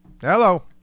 Hello